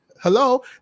Hello